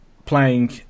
playing